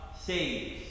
saves